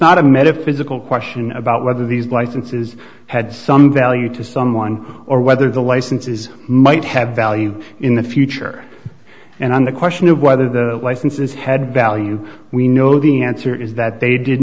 not a metaphysical question about whether these licenses had some value to someone or whether the licenses might have value in the future and on the question of whether the licenses had value we know the answer is that they did